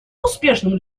успешным